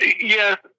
Yes